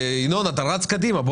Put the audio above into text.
ינון, אתה רץ קדימה.